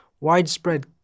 widespread